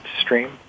stream